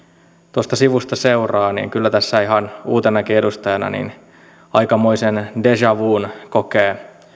tuosta sivusta seuraa niin kyllä tässä ihan uutenakin edustajana aikamoisen deja vun kokee